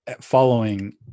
following